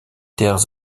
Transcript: terres